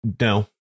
No